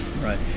right